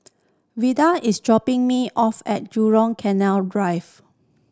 Vidal is dropping me off at Jurong Canal Drive